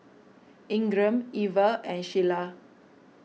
Ingram Iver and Shiela